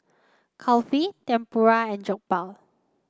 Kulfi Tempura and Jokbal